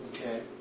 Okay